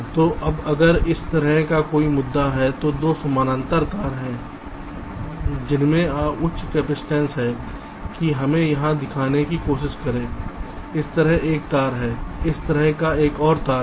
तो अब अगर इस तरह का कोई मुद्दा है तो 2 समानांतर तार हैं जिनमें उच्च कपसिटंस है कि हमें यहाँ दिखाने की कोशिश करें इस तरह एक तार है इस तरह का एक और तार है